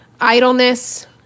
Idleness